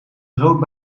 brood